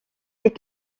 les